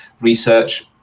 research